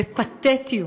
בפתטיות,